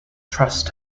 trust